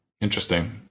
Interesting